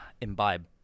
imbibe